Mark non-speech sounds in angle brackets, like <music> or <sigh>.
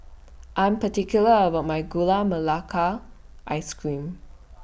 <noise> I'm particular about My Gula Melaka Ice Cream <noise>